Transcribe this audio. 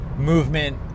Movement